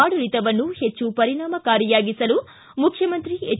ಆಡಳಿತವನ್ನು ಹೆಚ್ಚು ಪರಿಣಾಮಕಾರಿಯಾಗಿಸಲು ಮುಖ್ಯಮಂತ್ರಿ ಎಚ್